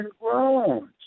groans